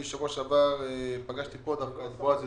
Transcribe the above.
בשבוע שעבר פגשתי כאן את ראש העיר, בועז יוסף.